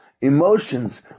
emotions